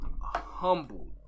humbled